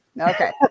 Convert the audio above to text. Okay